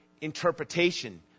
interpretation